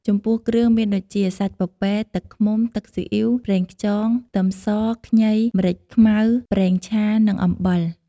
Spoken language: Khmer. ចំពោះគ្រឿងមានដូចជា សាច់ពពែ ទឹកឃ្មុំ ទឹកស៊ីអ៉ីវ ប្រេងខ្យង ខ្ទឹមស ខ្ញី ម្រេចខ្មៅ ប្រេងឆា និងអំបិល។